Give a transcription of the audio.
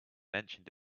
mentioned